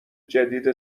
جدید